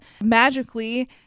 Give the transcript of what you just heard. magically